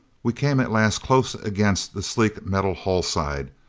we came at last close against the sleek metal hull side,